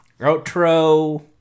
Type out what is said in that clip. Outro